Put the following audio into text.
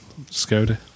Skoda